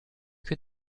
que